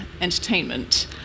entertainment